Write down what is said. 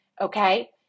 Okay